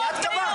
כי את קבעת?